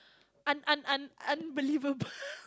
un~ un~ un~ un~ unbelievable